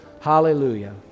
Hallelujah